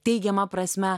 teigiama prasme